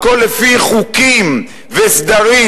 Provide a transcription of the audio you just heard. והכול לפי חוקים וסדרים,